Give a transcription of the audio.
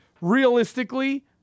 realistically